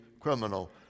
criminal